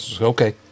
Okay